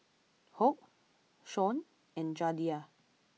Hoyt Shawn and Jadiel